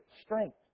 strength